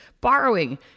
borrowing